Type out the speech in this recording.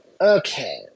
Okay